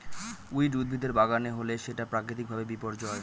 weed উদ্ভিদের বাগানে হলে সেটা প্রাকৃতিক ভাবে বিপর্যয়